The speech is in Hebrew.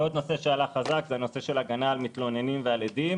עוד נושא שעלה חזק זה הנושא של הגנה על מתלוננים ועדים.